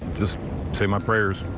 just say my prayers.